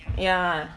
ya